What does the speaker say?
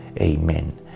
Amen